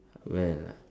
well